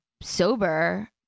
sober